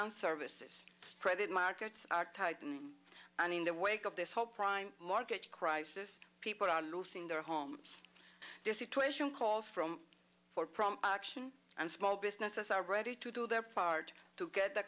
and services credit markets are tightened and in the wake of this whole prime mortgage crisis people are losing their homes their situation calls from for action and small businesses are ready to do their part to get the